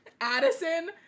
Addison